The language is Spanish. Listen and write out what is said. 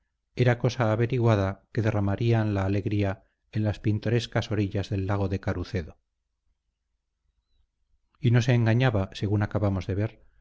era cosa averiguada que derramarían la alegría en las pintorescas orillas del lago de carucedo y no se engañaba según acabamos de ver